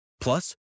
Plus